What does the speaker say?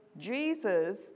Jesus